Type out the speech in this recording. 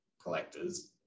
collectors